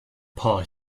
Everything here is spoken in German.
paar